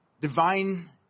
Divine